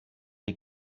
des